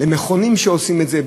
למכונים שעושים את זה,